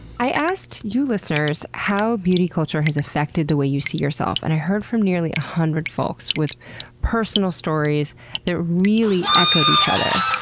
i asked you listeners how beauty culture has affected the way you see yourself and i heard from nearly one ah hundred folks with personal stories that really echoed each other.